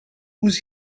was